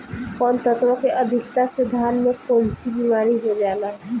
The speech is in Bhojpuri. कौन तत्व के अधिकता से धान में कोनची बीमारी हो जाला?